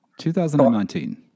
2019